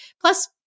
Plus